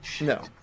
No